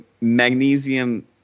magnesium